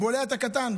אני בולע את הקטן,